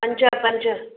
पंज पंज